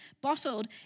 bottled